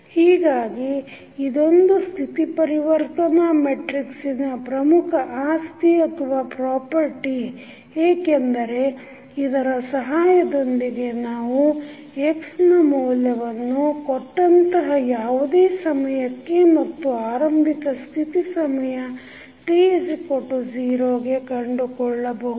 ಹೀಗಾಗಿ ಇದೊಂದು ಸ್ಥಿತಿ ಪರಿವರ್ತನಾ ಮೆಟ್ರಿಕ್ಸಿನ ಪ್ರಮುಖ ಆಸ್ತಿ ಏಕೆಂದರೆ ಇದರ ಸಹಾಯದೊಂದಿಗೆ ನಾವು x ನ ಮೌಲ್ಯವನ್ನು ಕೊಟ್ಟಂತಹ ಯಾವುದೇ ಸಮಯಕ್ಕೆ ಮತ್ತು ಆರಂಭಿಕ ಸ್ಥಿತಿ ಸಮಯ t 0 ಗೆ ಕಂಡುಕೊಳ್ಳಬಹುದು